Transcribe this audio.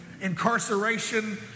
incarceration